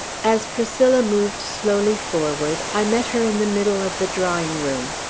as priscilla moved slowly forward, i met her in the middle of the drawing-room.